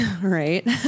Right